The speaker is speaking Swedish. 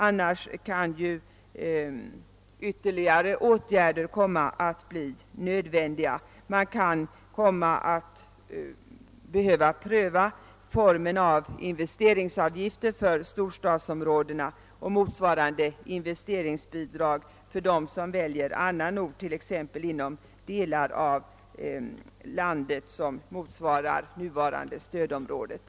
Annars kan ytterligare åtgärder komma att bli nödvändiga. Man kanske behöver pröva någon form av investeringsavgift för etablering i storstadsområdena och motsvarande investeringsbidrag för förslag som väljer annan ort, t.ex. inom de delar av landet som motsvarar nuvarande stödområdet.